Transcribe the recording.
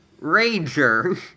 Ranger